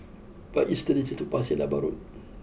what is the distance to Pasir Laba Road